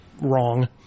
wrong